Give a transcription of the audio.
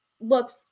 looks